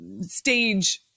stage